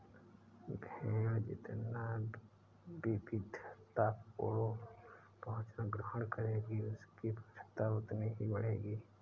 भेंड़ जितना विविधतापूर्ण भोजन ग्रहण करेगी, उसकी पुष्टता उतनी ही बढ़ेगी